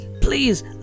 please